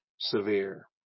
Severe